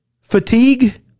fatigue